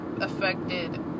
affected